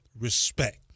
respect